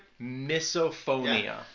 misophonia